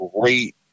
great